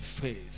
faith